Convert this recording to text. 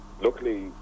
luckily